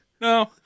No